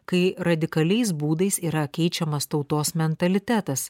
kai radikaliais būdais yra keičiamas tautos mentalitetas